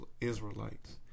Israelites